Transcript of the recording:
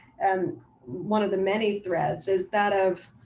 and one of the many threads is that of